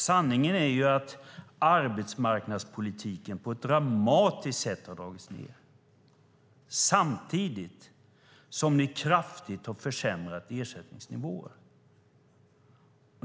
Sanningen är att arbetsmarknadspolitiken på ett dramatiskt sätt har dragits ned samtidigt som ni kraftigt har sänkt ersättningsnivåer.